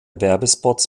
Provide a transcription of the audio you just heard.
werbespots